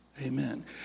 Amen